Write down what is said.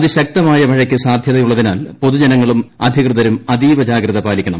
അതിശക്തമായ മഴയ്ക്കു സാധ്യത യുള്ളതിനാൽ പൊതുജനങ്ങളും അധികൃതരും അതീവ ജാഗ്രത പാലിക്കണം